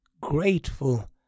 grateful